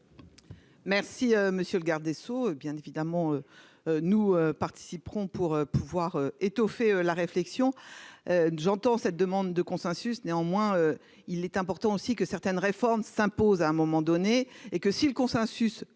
Merci monsieur le garde des Sceaux, bien évidemment, nous participerons pour pouvoir étoffer la réflexion j'entends cette demande de consensus, néanmoins, il est important aussi que certaines réformes s'imposent à un moment donné, et que si le consensus